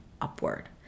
upward